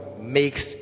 makes